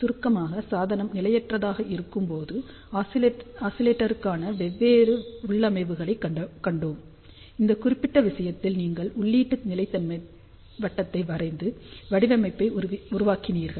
சுருக்கமாக சாதனம் நிலையற்றதாக இருக்கும்போது ஆஸிலேட்டருக்கான வெவ்வேறு உள்ளமைவுகளைக் கண்டோம் அந்த குறிப்பிட்ட விஷயத்தில் நீங்கள் உள்ளீட்டு நிலைத்தன்மை வட்டத்தை வரைந்து வடிவமைப்பை உருவாக்கினீர்கள்